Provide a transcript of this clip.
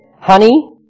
honey